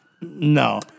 No